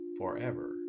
forever